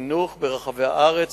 חינוך ברחבי הארץ,